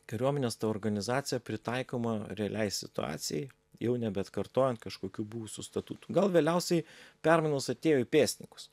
kariuomenės ta organizacija pritaikoma realiai situacijai jau nebeatkartojant kažkokių buvusių statutų gal vėliausiai permainos atėjo į pėstininkus